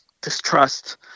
distrust